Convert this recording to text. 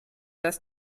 das